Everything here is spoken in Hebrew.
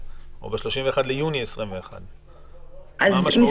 או ב-31 ביוני 2021. מה המשמעות?